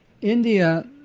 India